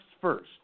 first